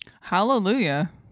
Hallelujah